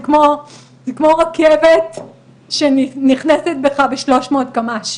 זה כמו רכבת שנכנסת בך ב-300 קמ"ש,